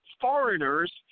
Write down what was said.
foreigners